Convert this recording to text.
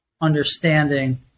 understanding